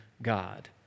God